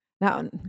now